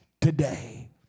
today